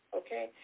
okay